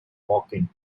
walking